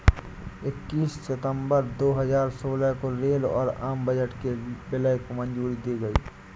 इक्कीस सितंबर दो हजार सोलह को रेल और आम बजट के विलय को मंजूरी दे दी गयी